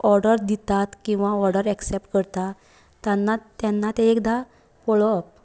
order दितात किंवां order accept करतात तेन्ना ते एकदां पळोवप